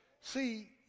See